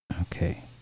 Okay